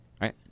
right